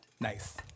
Nice